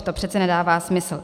To přece nedává smysl.